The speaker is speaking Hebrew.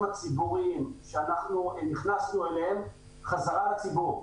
הציבוריים שאנחנו נכנסנו אליהם חזרה לציבור.